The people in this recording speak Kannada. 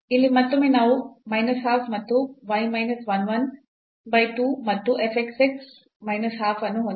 ಇಲ್ಲಿ ಮತ್ತೊಮ್ಮೆ ನಾವು minus half ಮತ್ತು y minus 1 1 by 2 ಮತ್ತು f xx minus half ಅನ್ನು ಹೊಂದಿದ್ದೇವೆ